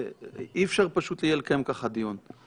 אי-אפשר יהיה פשוט לקיים ככה דיון.